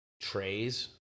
trays